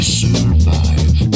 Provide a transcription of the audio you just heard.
survive